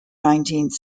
nineteenth